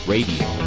Radio